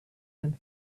and